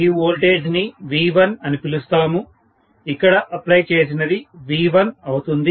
ఈ వోల్టేజ్ ని V1 అని పిలుస్తాము ఇక్కడ అప్లై చేసినది V1 అవుతుంది